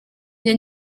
njye